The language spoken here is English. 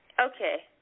Okay